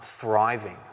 thriving